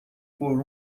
por